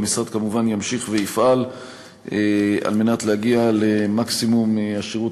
והמשרד כמובן ימשיך ויפעל כדי להגיע למקסימום השירות,